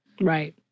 Right